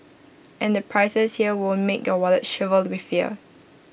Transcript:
and the prices here won't make your wallet shrivel with fear